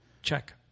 check